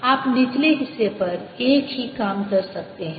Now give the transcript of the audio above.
आप निचले हिस्से पर एक ही काम कर सकते हैं